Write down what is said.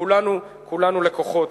כולנו, כולנו לקוחות.